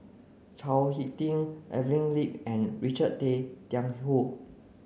Chao Hick Tin Evelyn Lip and Richard Tay Tian Hoe